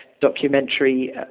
documentary